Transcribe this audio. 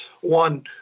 one